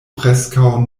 preskaŭ